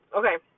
okay